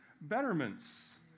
Betterments